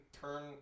turn